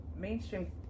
mainstream